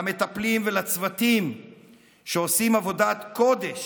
למטפלים ולצוותים שעושים עבודת קודש